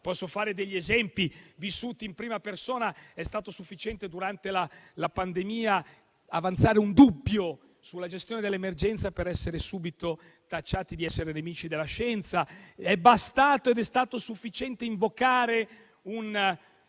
Posso fare degli esempi vissuti in prima persona. È stato sufficiente, durante la pandemia, avanzare un dubbio sulla gestione dell'emergenza per essere subito tacciati di essere nemici della scienza. È bastato invocare una